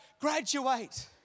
graduate